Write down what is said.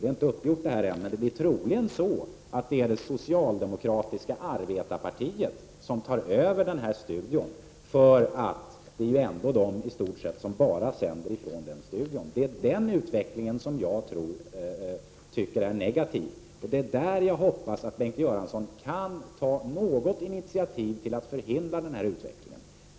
Det är inte uppgjort än, men det blir troligen det socialdemokratiska arbetarpartiet som tar över studion, eftersom det i stort sett bara är det socialdemokratiska arbetarpartiet som sänder från den studion. Det är denna utveckling jag anser vara negativ. Och jag hoppas att Bengt Göransson kan ta något initiativ för att förhindra den utvecklingen.